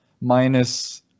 minus